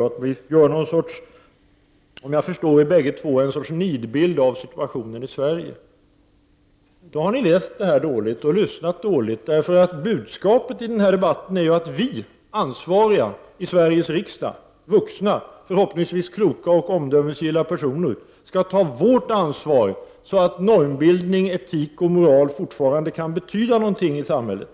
Om jag förstår rätt menade bägge två att vi ger någon sorts nidbild av situationen i Sverige. Då har ni läst dåligt och lyssnat dåligt. Budskapet är ju att vi ansvariga i Sve riges riksdag, vuxna, förhoppningsvis kloka och omdömesgilla personer, skall ta vårt ansvar och se till att normbildning, etik och moral fortfarande betyder någonting i samhället